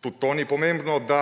Tudi to ni pomembno, da